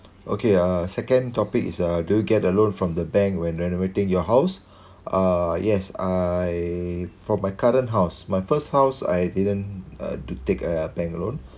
okay uh second topic is uh do you get a loan from the bank when renovating your house uh yes I for my current house my first house I didn't uh to take a bank loan